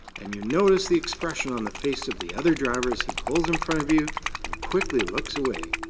and you notice the expression on the face of the other driver as he pulls in front of you and quickly looks away.